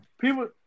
people